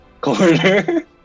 corner